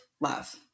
love